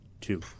Two